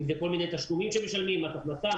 אם אלה כל מיני תשלומים שהם משלמים כמו מס הכנסה,